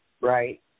Right